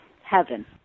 heaven